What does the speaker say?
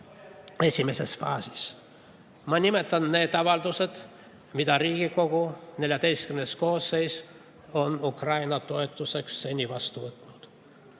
esimeses faasis. Ma nimetan need avaldused, mis Riigikogu XIV koosseis on Ukraina toetuseks seni vastu võtnud.